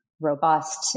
robust